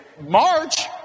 March